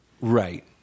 Right